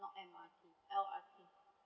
not M_R_T L_R_T